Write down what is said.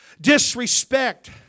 Disrespect